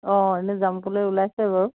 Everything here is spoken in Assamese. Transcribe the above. অঁ এনেই যাম বুলি ওলাইছে বাৰু